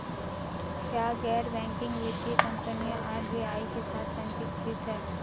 क्या गैर बैंकिंग वित्तीय कंपनियां आर.बी.आई के साथ पंजीकृत हैं?